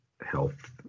health